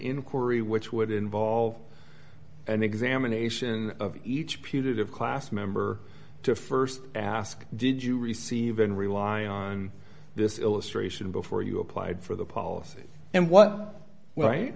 inquiry which would involve an examination of each putative class member to st ask did you receive and rely on this illustration before you applied for the policy and what